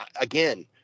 again